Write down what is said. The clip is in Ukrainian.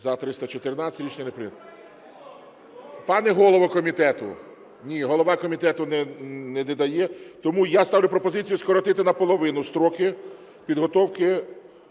За-314 Рішення прийнято. Пане голово комітету, ні, голова комітету не надає… Тому я ставлю пропозицію скоротити наполовину строки підготовки,